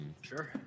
Sure